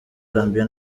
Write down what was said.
zambia